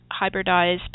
hybridized